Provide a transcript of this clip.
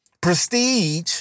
prestige